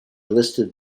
listed